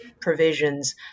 provisions